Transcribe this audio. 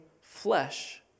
flesh